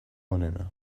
onena